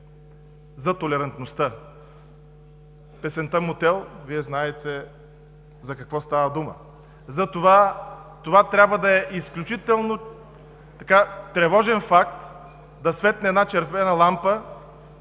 за толерантността. Песента „Мотел“ – Вие знаете за какво става дума. Това трябва да е изключително тревожен факт, да светне червена лампа